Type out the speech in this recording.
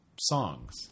songs